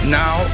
now